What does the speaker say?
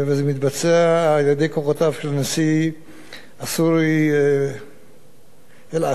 וזה מתבצע על-ידי כוחותיו של הנשיא הסורי, אל-אסד.